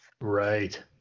Right